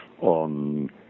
on